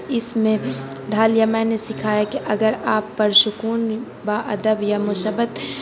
اس میں ڈھال لیا میں نے سکھایا کہ اگر آپ پرسکون باادب یا مثبت